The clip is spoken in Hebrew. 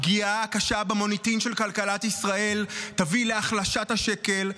הפגיעה הקשה במוניטין של כלכלת ישראל תביא להחלשת השקל,